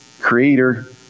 creator